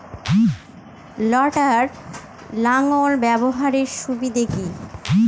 লটার লাঙ্গল ব্যবহারের সুবিধা কি?